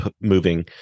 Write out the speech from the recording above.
moving